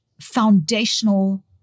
foundational